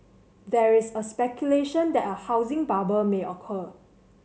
there is speculation that a housing bubble may occur